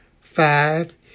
Five